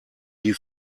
die